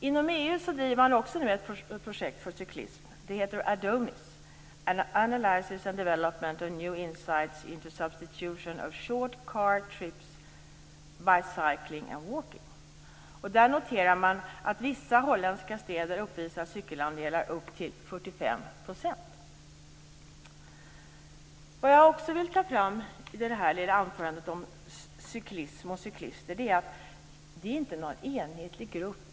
Inom EU drivs ett projekt för cyklism, ADONIS - analysis and development of new insights into substitution of short car trips by cycling and walking. Där noteras att vissa holländska städer uppvisar cykelandelar på upp till 45 %. Vad jag också vill lyfta fram i detta korta anförande om cyklism och cyklister är att det inte handlar om en enhetlig grupp.